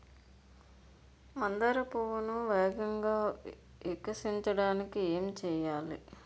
మందార పువ్వును వేగంగా వికసించడానికి ఏం చేయాలి?